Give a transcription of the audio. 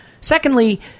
Secondly